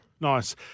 nice